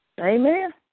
Amen